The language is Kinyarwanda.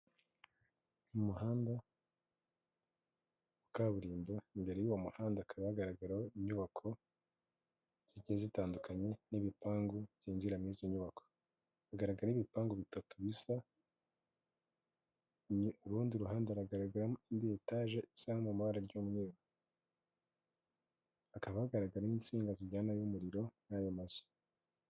Mu muhanda wa kaburimbo imbere y'uwo muhanda akaba hagaragaraho inyubako zijya zitandukanye n'ibipangu byinjiramo muri izo nyubako, hagaragara ibipangu bitatu bisa urundi ruhande hagaragaramo indi etage ishyirayamamara ry'umweru hakaba hagaragaramo insinga zijyana n'umuriro n'ayo mazu.